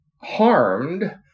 harmed